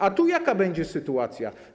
A tu jaka będzie sytuacja?